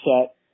set